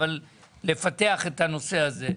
אבל לפתח את הנושא הזה.